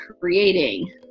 creating